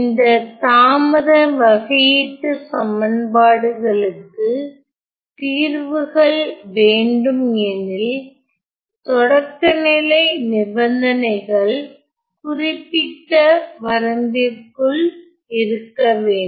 இந்த தாமத வகையீட்டுச் சமன்பாடுளுக்கு தீர்வுகள் வேண்டுமெனில் தொடக்கநிலை நிபந்தனைகள் குறிப்பிட்ட வரம்பிற்குள் இருக்க வேண்டும்